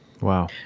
Wow